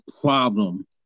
problem